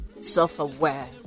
self-aware